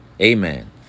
Amen